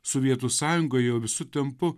sovietų sąjungoj jau visu tempu